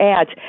ads